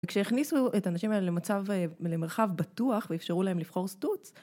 כשהכניסו את האנשים האלה למרחב בטוח ואפשרו להם לבחור סטוץ